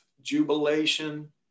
jubilation